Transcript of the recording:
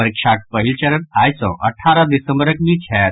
परीक्षाक पहिल चरण आई सँ अठारह दिसम्बरक बीच होयत